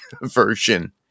version